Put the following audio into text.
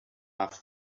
love